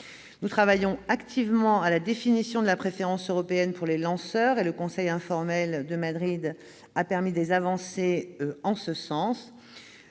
Nous travaillons activement à la définition de la préférence européenne pour les lanceurs, et le conseil informel de Madrid a permis des avancées en ce sens.